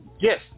Yes